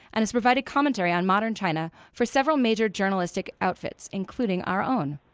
and has provided commentary on modern china for several major journalistic outfits, including our own.